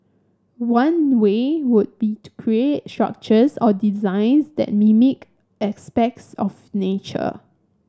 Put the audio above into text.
one way would be to create structures or designs that mimic of nature